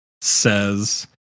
says